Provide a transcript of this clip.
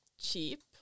cheap